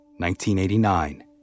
1989